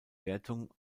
wertung